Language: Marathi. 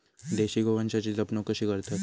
देशी गोवंशाची जपणूक कशी करतत?